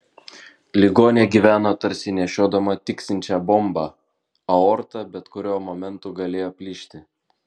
ligonė gyveno tarsi nešiodama tiksinčią bombą aorta bet kuriuo momentu galėjo plyšti